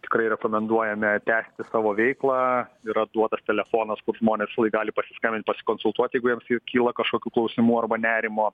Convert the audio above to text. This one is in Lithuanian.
tikrai rekomenduojame tęsti savo veiklą yra duotas telefonas kur žmonės gali pasiskambint pasikonsultuot jeigu jiems jau kyla kažkokių klausimų arba nerimo